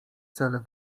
cel